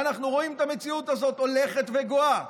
ואנחנו רואים את המציאות הזאת הולכת וגואה,